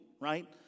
right